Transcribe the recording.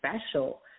special